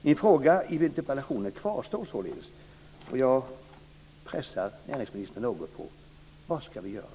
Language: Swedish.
Min fråga i interpellationen kvarstår således, och jag pressar näringsministern något på ett svar. Vad ska vi göra?